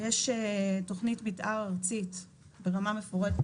יש תוכנית מתאר ארצית ברמה מפורטת,